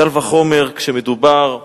קל וחומר כשמדובר בטייס,